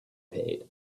paid